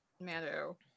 Mando